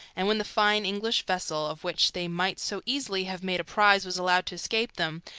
and when the fine english vessel, of which they might so easily have made a prize, was allowed to escape them,